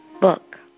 book